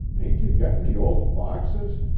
ain't you got any old boxes?